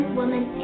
woman